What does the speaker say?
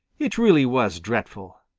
it really was dreadful.